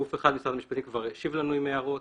גוף אחד במשרד המשפטים כבר השיב לנו בליווי הערות.